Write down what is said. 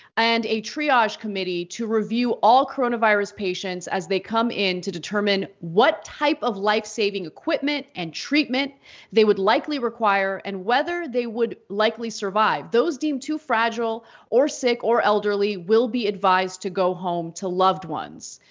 and a triage committee to review all coronavirus patients as they come in to determine what type of life saving equipment and treatment they would likely require and whether they would likely survive. those deemed too fragile or sick or elderly will be advised to go home to loved ones.